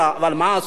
אבל מה עשו?